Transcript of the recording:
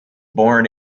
born